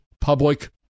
public